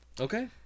Okay